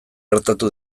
gertatu